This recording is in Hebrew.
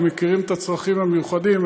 הם מכירים את הצרכים המיוחדים,